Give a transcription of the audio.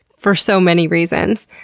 for so many reasons.